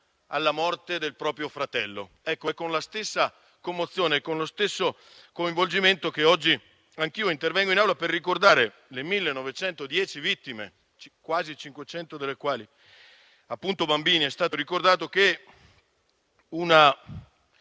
alla morte del proprio fratello. È con la stessa commozione e con lo stesso coinvolgimento che oggi anch'io intervengo in Aula per ricordare le 1.910 vittime, quasi 500 delle quali bambini, come è stato ricordato, che la